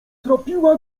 tropiła